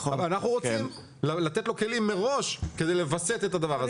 אבל אנחנו רוצים לתת לו כלים מראש כדי לווסת את הדבר הזה.